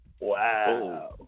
Wow